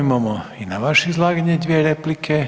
Imamo i na vaše izlaganje dvije replike.